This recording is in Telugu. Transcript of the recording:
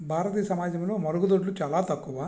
భారతీయ సమాజంలో మరుగు దొడ్లు చాలా తక్కువ